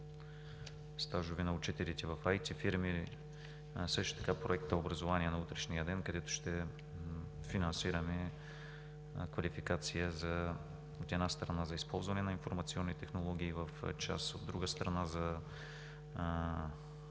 „Стажове на учителите в IT фирми“, също така Проекта „Образование на утрешния ден“, където ще финансираме квалификация, от една страна, за използване на информационни технологии в час, а, от друга страна, за